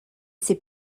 ses